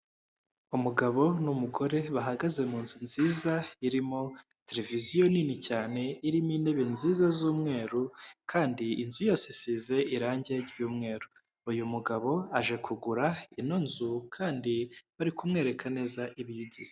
Umugabo n'umugore bahagaze mu nzu nziza irimo televiziyo nini cyane, irimo intebe nziza z'umweru, kandi inzu yose isize irangi ry'umweru, uyu mugabo aje kugura ino nzu kandi bari kumwereka neza ibiyigize.